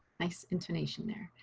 nice intonation there.